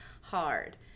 hard